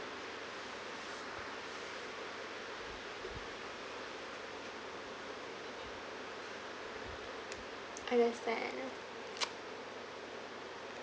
understand